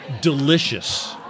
delicious